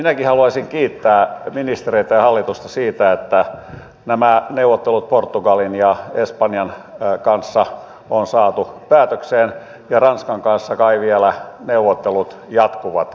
minäkin haluaisin kiittää ministereitä ja hallitusta siitä että nämä neuvottelut portugalin ja espanjan kanssa on saatu päätökseen ja ranskan kanssa kai vielä neuvottelut jatkuvat